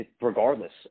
regardless